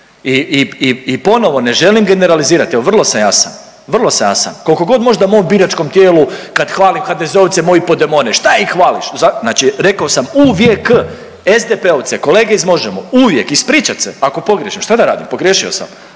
i ponovo ne želim generalizirati, evo, vrlo sam jasan, vrlo sam jasan. Koliko god možda mom biračkom tijelu kad hvalim HDZ-ovce, moji podemone, šta ih hvališ, .../nerazumljivo/... znači rekao uvijek, SDP-ovce, kolege iz Možemo!, uvijek, ispričat se ako pogriješim, šta da radim, pogriješio sam.